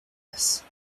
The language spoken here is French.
place